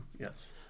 Yes